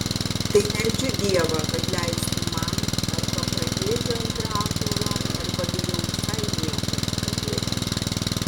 tai meldžiu dievą kad leistų man arba pradėti antrą ąžuolą arba geriau visai nieko nepradėti